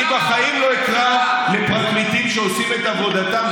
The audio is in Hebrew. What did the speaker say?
אני בחיים לא אקרא לפרקליטים שעושים את עבודתם,